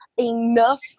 enough